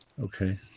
Okay